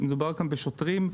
מדובר כאן בשוטרים.